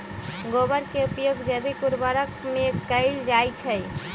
गोबर के उपयोग जैविक उर्वरक में कैएल जाई छई